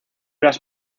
las